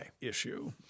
issue